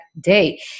day